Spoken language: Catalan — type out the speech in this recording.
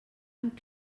amb